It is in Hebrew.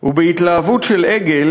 ובהתלהבות של עגל